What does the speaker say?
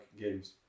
games